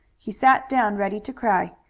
he sat down ready to cry.